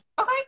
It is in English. Okay